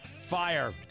fire